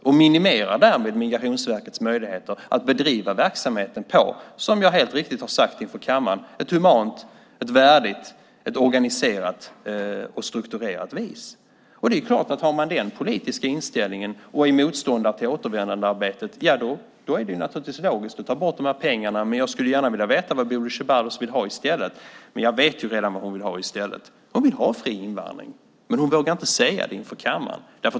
Ni minimerar därmed Migrationsverkets möjligheter att bedriva verksamheten på, som jag helt riktigt har sagt inför kammaren, ett humant, värdigt, organiserat och strukturerat vis. Har man den politiska inställningen och är motståndare till återvändandearbetet är det logiskt att ta bort de här pengarna. Men jag skulle gärna vilja veta vad Bodil Ceballos vill ha i stället. Jag vet redan vad hon vill ha i stället. Hon vill ha fri invandring, men hon vågar inte säga det inför kammaren.